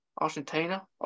Argentina